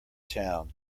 town